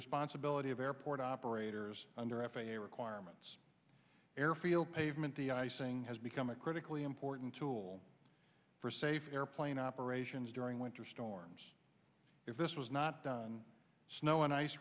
responsibility of airport operators under f a a requirements field pavement the icing has become a critically important tool for safe airplane operations during winter storms if this was not done snow and ice